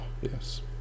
Yes